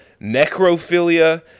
necrophilia